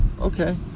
okay